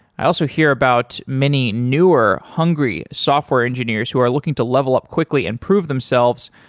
i also hear about many newer hungry software engineers who are looking to level up quickly and prove themselves,